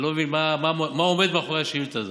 אני לא מבין מה עומד מאחורי השאילתה הזאת.